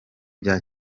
bya